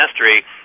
mastery